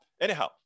Anyhow